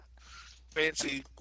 fancy